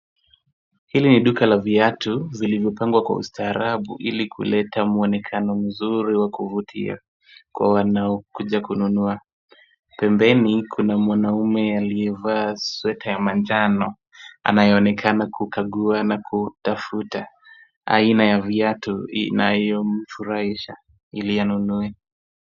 Hili ni duka la viatu zilizopangwa kwa ustaarabu ili kuleta mwonekano mzuri wa kuvutia kwa wanao kuja kununua. Pembeni kuna mwanaume aliyevaa sweta ya manjano, anayeonekana kukagua na kutafuta aina ya viatu inayomfurahisha ili anunue.